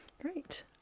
Great